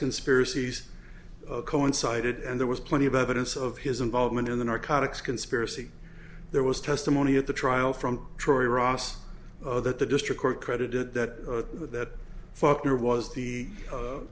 conspiracies coincided and there was plenty of evidence of his involvement in the narcotics conspiracy there was testimony at the trial from troy ross that the district court credited that that f